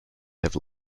have